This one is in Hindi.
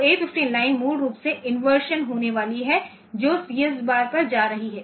तो A 15 लाइन मूल रूप से इनवर्शन होने वाली है जो CS बार पर जा रही है